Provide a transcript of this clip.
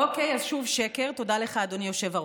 אוקיי, אז שוב שקר, אז תודה לך, אדוני היושב-ראש.